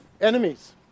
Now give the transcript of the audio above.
enemies